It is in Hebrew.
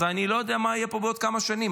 אז אני לא יודע מה יהיה פה בעוד כמה שנים.